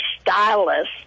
stylist